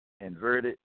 inverted